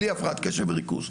בלי הפרעת קשב וריכוז,